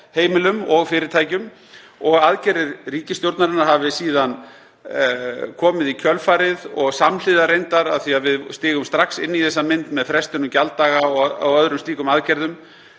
heimilum og fyrirtækjum og aðgerðir ríkisstjórnarinnar hafi síðan komið í kjölfarið og samhliða reyndar af því að við stigum strax inn í þessa mynd með frestun gjalddaga og öðrum slíkum aðgerðum.